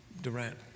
Durant